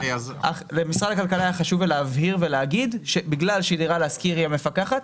למשרד הכלכלה היה חשוב להבהיר ולהגיד שבגלל שדירה להשכיר היא המפקחת,